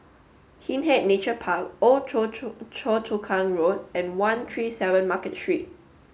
Hindhede Nature Park Old Choa Chu Choa Chu Kang Road and one three seven Market Street